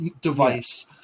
device